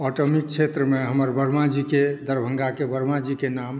atomic क्षेत्रमे हमर वर्माजीकेँ दरभङ्गाकेँ वर्माजीकेँ नाम